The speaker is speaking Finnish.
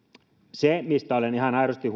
se mistä olen ihan aidosti